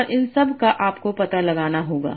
और इन सबका आपको पता लगाना होगा